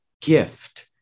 gift